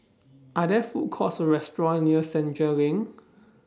Are There Food Courts Or restaurants near Senja LINK